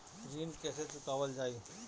ऋण कैसे चुकावल जाई?